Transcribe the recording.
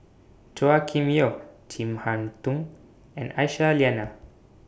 Chua Kim Yeow Chin Harn Tong and Aisyah Lyana